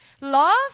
love